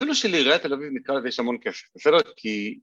‫אפילו שלעירית תל אביב ‫נקרא לזה יש המון כסף, בסדר כי...